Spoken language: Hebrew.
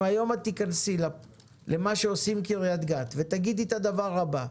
אם היום תיכנסי למה שעושים בקריית גת ותגידי את הדבר הבא: